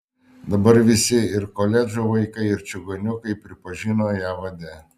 dabar visi ir koledžų vaikai ir čigoniukai pripažino ją vade